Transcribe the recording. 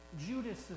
Judas